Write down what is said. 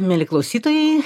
mieli klausytojai